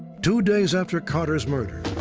two days after carter's murder,